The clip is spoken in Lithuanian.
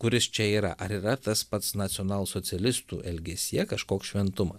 kuris čia yra ar yra tas pats nacionalsocialistų elgesyje kažkoks šventumas